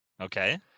Okay